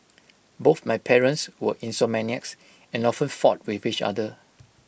both my parents were insomniacs and often fought with each other